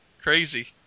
crazy